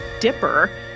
Dipper